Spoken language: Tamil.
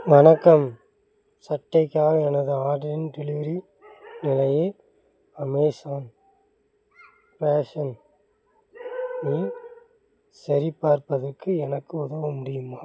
வணக்கம் சட்டைக்கான எனது ஆர்டரின் டெலிவரி நிலையை அமேசான் ஃபேஷன் இல் சரிபார்ப்பதற்கு எனக்கு உதவ முடியுமா